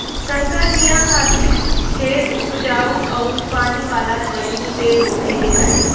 संकर बिया खातिर खेत उपजाऊ अउरी पानी वाला जगही पे होखे के चाही